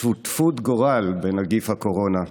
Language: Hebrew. שותפות גורל בנגיף הקורונה.